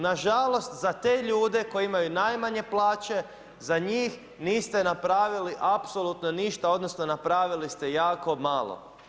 Nažalost za te ljude koji imaju najmanje plaće za njih niste napravili apsolutno ništa, odnosno napravili ste jako malo.